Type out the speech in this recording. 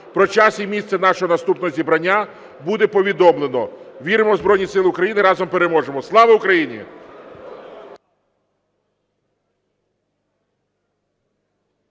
про час і місце нашого наступного зібрання буде повідомлено. Віримо в Збройні Сили України! Разом переможемо! Слава Україні!